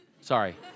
Sorry